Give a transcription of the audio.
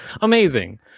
Amazing